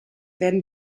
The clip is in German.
werden